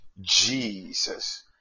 Jesus